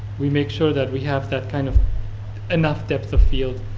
we make sure that we have that kind of enough depth of field.